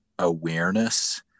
awareness